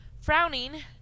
Frowning